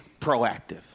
proactive